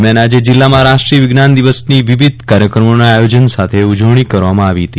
દરમિયાન આજે જીલ્લામાં રાષ્ટ્રીય વિશ્વાન દિવસની વિવિધ કાર્યક્રમોના આયોજન સાથે ઉજવણી કરવામાં આવી હતી